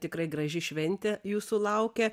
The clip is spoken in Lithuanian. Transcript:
tikrai graži šventė jūsų laukia